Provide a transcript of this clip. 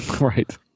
Right